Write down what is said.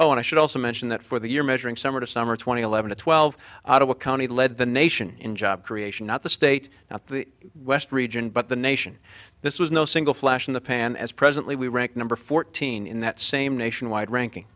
oh and i should also mention that for the year measuring summer of summer two thousand and eleven twelve out of a county led the nation in job creation not the state not the west region but the nation this was no single flash in the pan as presently we rank number fourteen in that same nationwide ranking